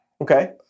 Okay